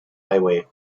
highway